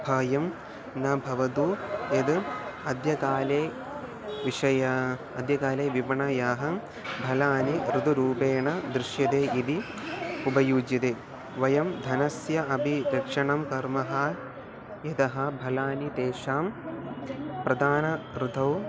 सहाय्यं न भवतु यत् अद्य काले विषयाः अद्यकाले विपण्याः फलानि मृदुरूपेण दृश्यते इति उपयुज्यते वयं धनस्य अपि रक्षणं कुर्मः यतः फलानि तेषां प्रदान ऋतौ